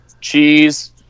cheese